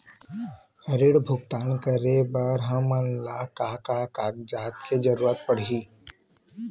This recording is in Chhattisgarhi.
ऋण भुगतान करे बर हमन ला का का कागजात के जरूरत पड़ही?